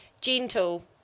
gentle